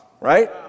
right